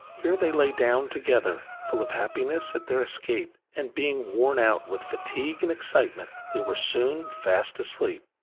here they lay down together, full of happiness at their escape, and being worn out with fatigue and excitement, they were soon fast asleep.